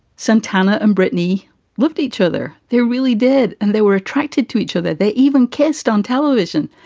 santana and brittany loved each other. they really did. and they were attracted to each other. they even kissed on television.